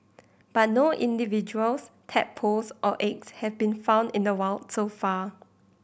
but no individuals tadpoles or eggs have been found in the wild so far